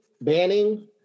Banning